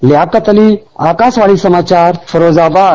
लियाकत अली आकाशवाणी समाचार फिरोजाबाद